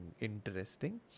interesting